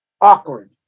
awkward